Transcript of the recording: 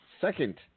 second